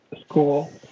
school